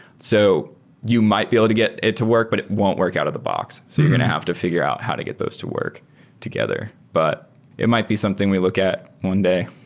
so you might be able to get it to work, but it won't work out of-the-box. so you're going to have to fi gure out how to get those to work together. but it might be something we look at one day.